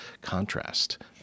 contrast